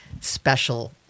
special